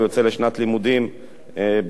הוא יוצא לשנת לימודים בחו"ל.